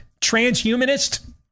transhumanist